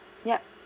yup